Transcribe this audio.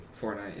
Fortnite